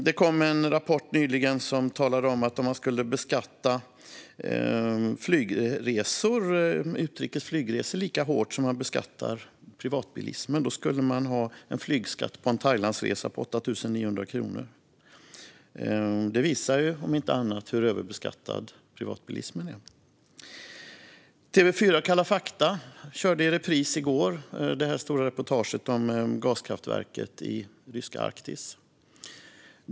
Det kom nyligen en rapport där det framgick att om man skulle beskatta utrikes flygresor lika hårt som man beskattar privatbilismen skulle flygskatten på en Thailandsresa vara 8 900 kronor. Det visar hur överbeskattad privatbilismen är. Kalla fakta i TV4 visade i går en repris av det stora reportaget om gaskraftverket i ryska Arktis.